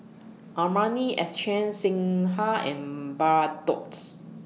Armani Exchange Singha and Bardot's